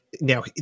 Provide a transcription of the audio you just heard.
now